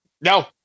No